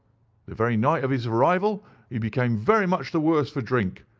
the very night of his arrival he became very much the worse for drink,